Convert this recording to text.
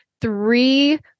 three